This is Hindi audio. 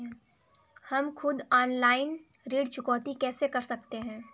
हम खुद ऑनलाइन ऋण चुकौती कैसे कर सकते हैं?